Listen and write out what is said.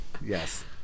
Yes